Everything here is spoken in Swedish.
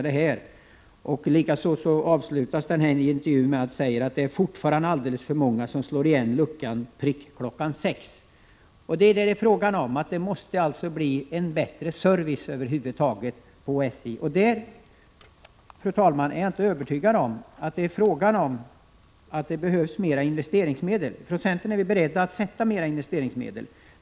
Intervjun avslutas på följande sätt: ”Det är fortfarande alldeles för många som slår igen luckan prick klockan sex.” Det måste alltså bli bättre service över huvud taget på SJ. Jag är, fru talman, inte övertygad om att vad saken gäller är att det behövs mer investeringsmedel. Från centern är vi beredda att avsätta mer investeringsmedel.